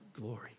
glory